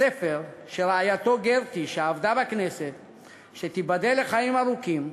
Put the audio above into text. ספר שרעייתו גרטי, שתיבדל לחיים ארוכים,